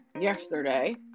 yesterday